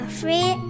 free